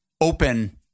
open